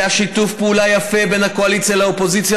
היה שיתוף פעולה יפה בין הקואליציה לאופוזיציה,